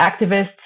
activists